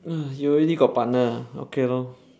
you already got partner ah okay lor